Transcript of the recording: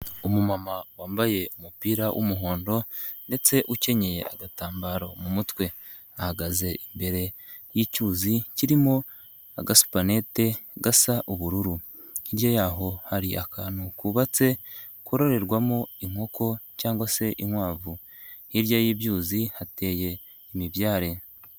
Umumama wambaye umupira w'umuhondo ndetse ukenye agatambaro mu mutwe, ahagaze imbere yicyuzi kirimo agasupanete gasa ubururu, hirya yaho hari akantu kubabatse kororerwamo inkoko cyangwa se inkwavu, hirya y'ibyuzi hateye imibyare.